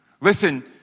Listen